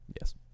yes